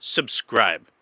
Subscribe